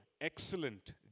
excellent